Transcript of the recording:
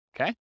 Okay